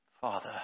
Father